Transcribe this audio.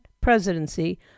presidency